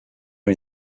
are